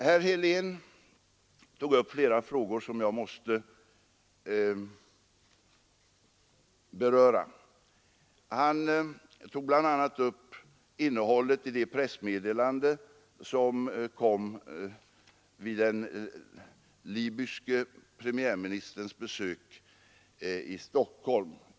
Herr Helén tog upp flera frågor som jag måste beröra, bl.a. innehållet i det pressmeddelande som lämnades vid den libyske premiärministerns besök i Stockholm.